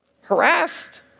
harassed